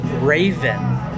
Raven